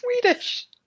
Swedish